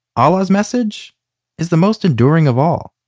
ah alaa's message is the most enduring of all.